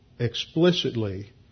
explicitly